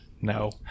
No